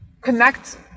connect